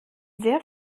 sehr